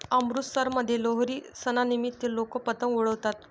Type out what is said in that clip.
अमृतसरमध्ये लोहरी सणानिमित्त लोक पतंग उडवतात